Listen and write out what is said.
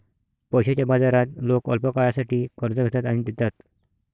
पैशाच्या बाजारात लोक अल्पकाळासाठी कर्ज घेतात आणि देतात